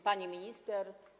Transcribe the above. Pani Minister!